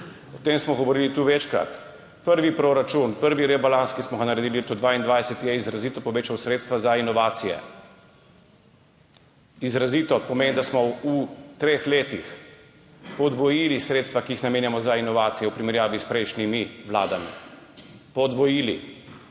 O tem smo tu govorili večkrat. Prvi proračun, prvi rebalans, ki smo ga naredili v letu 2022, je izrazito povečal sredstva za inovacije. Izrazito pomeni, da smo v treh letih podvojili sredstva, ki jih namenjamo za inovacije, v primerjavi s prejšnjimi vladami. Podvojili!